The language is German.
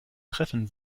treffen